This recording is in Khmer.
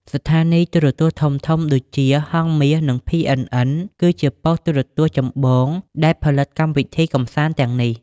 ស្ថានីយទូរទស្សន៍ធំៗដូចជា ហង្សមាស និង PNN គឺជាប៉ុស្ត៍ទូរទស្សន៍ចម្បងដែលផលិតកម្មវិធីកម្សាន្តទាំងនេះ។